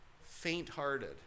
faint-hearted